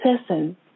person